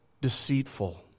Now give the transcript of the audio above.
deceitful